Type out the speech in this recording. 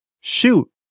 Shoot